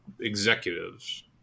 executives